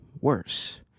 worse